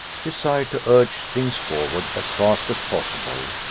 desired to urge things forward as fast as possible,